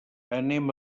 anem